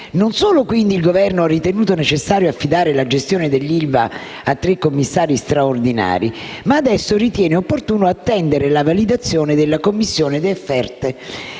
Non solo, quindi, il Governo ha ritenuto necessario affidare la gestione dell'ILVA a tre commissari straordinari, ma adesso ritiene opportuno attendere la validazione della commissione di esperti